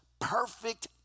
perfect